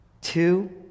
Two